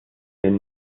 den